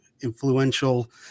influential